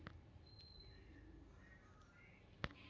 ಗೋಂಜಾಳ ಬೆಳೆಗೆ ಸುಳಿ ರೋಗ ಯಾವಾಗ ಬರುತ್ತದೆ?